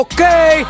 Okay